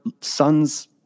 son's